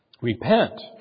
Repent